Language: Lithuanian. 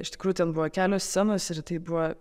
iš tikrųjų ten buvo kelios scenos ir tai buvo